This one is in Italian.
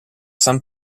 san